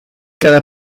cada